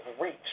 reach